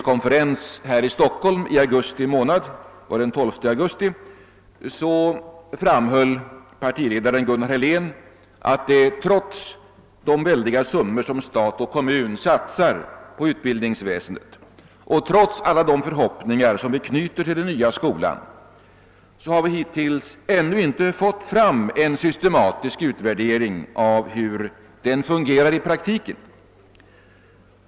konferens här i Stockholm den 12 augusti, framhöll partiledaren Gunnar Helén att, trots de väldiga summor som stat och kommun satsar på utbildningsväsendet och trots alla de förhoppningar som vi knyter till den nya skolan, har vi hittills ännu inte fått fram en systematisk utvärdering av hur den fungerar i praktiken.